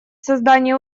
создания